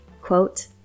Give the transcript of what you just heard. quote